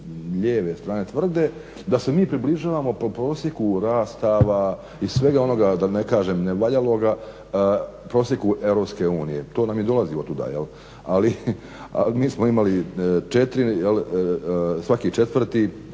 lijeve strane tvrde da se mi približavamo po prosjeku rastava i svega onoga da ne kažem nevaljaloga prosjeku EU. To nam i dolazi otuda. Ali mi smo imali četiri,